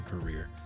career